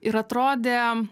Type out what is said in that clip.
ir atrodė